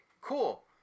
cool